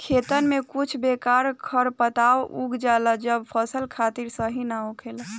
खेतन में कुछ बेकार खरपतवार उग जाला जवन फसल खातिर सही ना होखेला